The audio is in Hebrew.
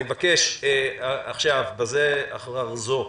אני מבקש עכשיו בזה אחר זו: